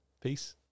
Peace